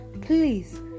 please